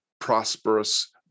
prosperous